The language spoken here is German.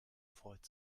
freut